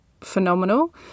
phenomenal